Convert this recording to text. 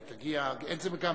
היא תגיע, היא תגיע.